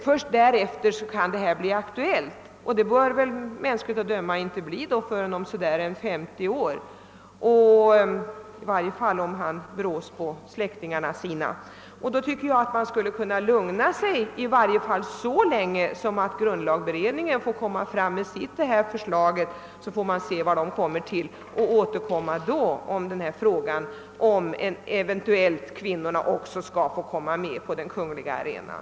Först därefter blir den nya ordningen sålunda aktuell, och det bör mänskligt att döma inte bli förrän om ca 50 år — i varje fall om kronprinsen brås på sina släktingar. Därför borde man kunna lugna sig tills grundlagberedningen lagt fram sitt förslag och därefter återkomma till frågan om kvinnorna eventuellt skall få komma med på den kungliga arenan.